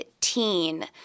teen